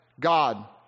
God